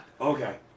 Okay